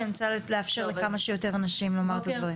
כי אני רוצה לאפשר לכמה שיותר אנשים לומר את הדברים.